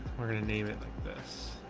we're going to name it like this.